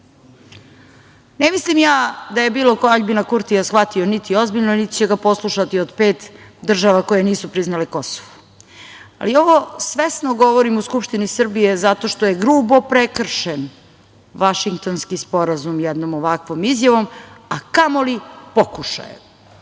mislim ja da je bilo ko Aljbina Kurtija shvatio niti ozbiljno, niti će ga poslušati, od pet država koje nisu priznale Kosovo, ali ovo svesno govorim u Skupštini Srbije zato što je grubo prekršen Vašingtonski sporazum jednom ovakvom izjavom, a kamoli pokušajem. Do